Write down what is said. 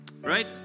Right